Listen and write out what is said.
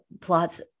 plots